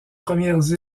premières